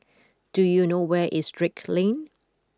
do you know where is Drake Lane